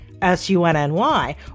s-u-n-n-y